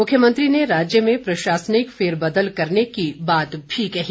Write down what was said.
मुख्यमंत्री ने राज्य में प्रशासनिक फेरबदल करने की बात भी कही